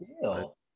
deal